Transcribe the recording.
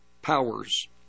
powers